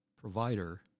provider